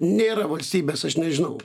nėra valstybės aš nežinau